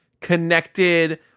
connected